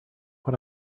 what